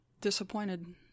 disappointed